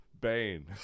bane